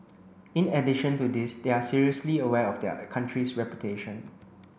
in addition to this they are seriously aware of their country's reputation